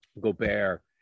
Gobert